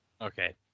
Okay